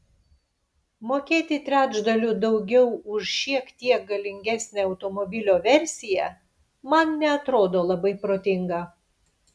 mokėti trečdaliu daugiau už šiek tiek galingesnę automobilio versiją man neatrodo labai protinga